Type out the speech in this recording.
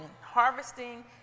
harvesting